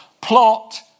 Plot